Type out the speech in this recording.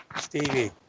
Stevie